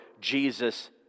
Jesus